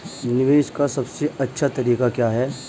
निवेश का सबसे अच्छा तरीका क्या है?